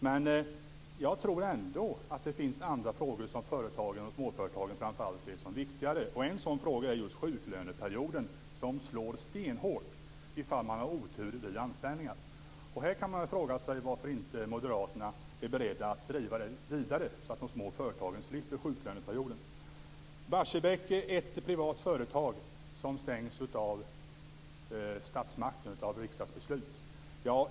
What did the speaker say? Men jag tror ändå att det finns andra frågor som företagen, framför allt småföretagen, ser som viktigare. En sådan fråga är just sjuklöneperioden, som slår stenhårt om man har otur vid anställningar. Här kan man fråga sig varför inte moderaterna är beredda att driva detta vidare, så att de små företagen slipper sjuklöneperioden. Barsebäck är ett privat företag som stängs av statsmakterna genom riksdagbeslut.